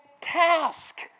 task